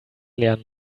leeren